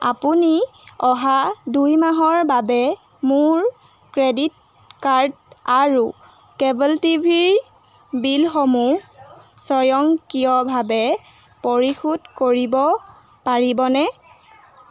আপুনি অহা দুই মাহৰ বাবে মোৰ ক্ৰেডিট কাৰ্ড আৰু কেব'ল টিভিৰ বিলসমূহ স্বয়ংক্ৰিয়ভাৱে পৰিশোধ কৰিব পাৰিবনে